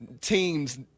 teams